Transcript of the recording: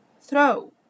throw